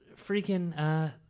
Freaking